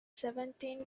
seventeen